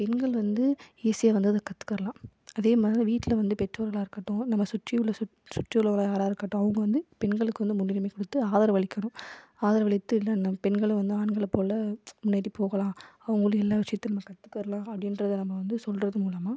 பெண்கள் வந்து ஈஸியாக வந்து அதை கத்துக்கலாம் அதேமாதிரி வீட்டில் வந்து பெற்றோர்களாக இருக்கட்டும் நம்மை சுற்றி உள்ள சுற்றி உள்ள உறவினர்களாக இருக்கட்டும் அவங்க வந்து பெண்களுக்கு வந்த முன்னுரிமை கொடுத்து ஆதரவு அளிக்கணும் ஆதரவு அளித்துன்னா பெண்களை வந்து ஆண்களைப் போல் முன்னேறி போகலாம் அவங்களும் எல்லா விஷயத்தையும் நம்ம கத்துக்கலாம் அப்படின்றத நம்ம வந்து சொல்கிறது மூலமாக